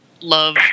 love